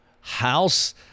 house